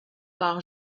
par